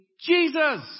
Jesus